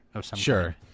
Sure